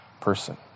person